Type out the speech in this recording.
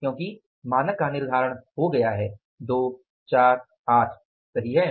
क्योंकि मानक का निर्धारण हो गया है 2 4 8 सही है